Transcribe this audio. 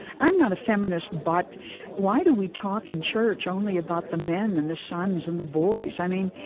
i'm not a feminist, but why do we talk in church only about the men and the sons and the boys? i mean,